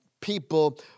people